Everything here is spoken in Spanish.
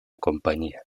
compañía